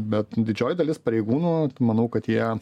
bet didžioji dalis pareigūnų manau kad jie